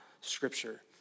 scripture